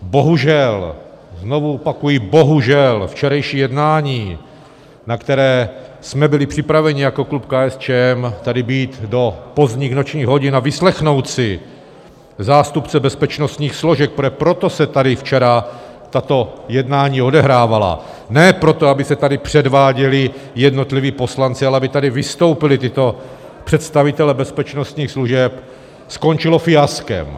Bohužel, znovu opakuji bohužel, včerejší jednání, na které jsme byli připraveni jako klub KSČM tady být do pozdních nočních hodin a vyslechnout si zástupce bezpečnostních složek proto se tady včera tato jednání odehrávala, ne proto, aby se tady předváděli jednotliví poslanci, ale aby tady vystoupili tito představitelé bezpečnostních služeb skončilo fiaskem.